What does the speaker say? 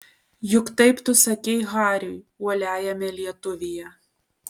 juk taip tu sakei hariui uoliajame lietuvyje